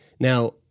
Now